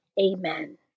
Amen